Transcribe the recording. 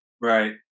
Right